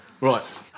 Right